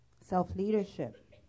Self-leadership